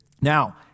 Now